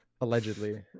allegedly